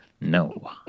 no